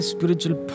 Spiritual